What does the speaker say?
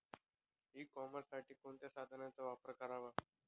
E कॉमर्ससाठी कोणत्या साधनांचा वापर करावा?